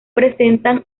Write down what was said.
presentan